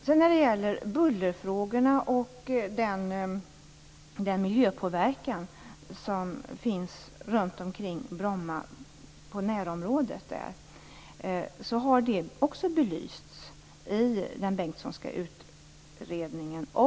När det sedan gäller bullerfrågorna och den miljöpåverkan som finns på närområdet runt omkring Bromma har det också belysts i Bengtssons utredning.